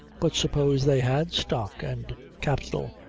but suppose they had stock and capital?